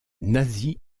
nazis